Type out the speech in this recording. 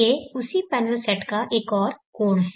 ये उसी panel set का एक और कोण है